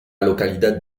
localidad